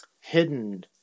hidden